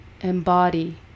embody